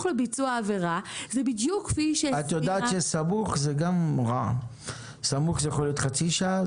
את יודעת שסמוך זה יכול להיות חצי שעה,